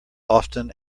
often